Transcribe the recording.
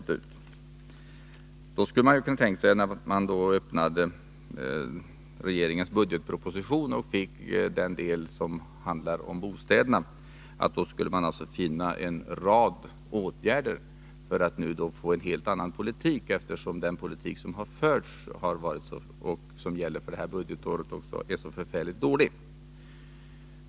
Mot denna bakgrund kunde man förvänta sig att i den del av regeringens budgetproposition som handlar om bostäderna finna en rad åtgärder för att regeringen nu skulle få till stånd en helt annan politik, eftersom den politik som har förts och som gäller för detta budgetår har varit så förfärligt dålig.